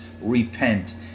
repent